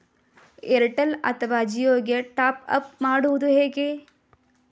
Airtel ಅಥವಾ ಜಿಯೊ ಗೆ top up ಮಾಡುವುದು ಹೇಗೆ?